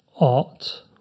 art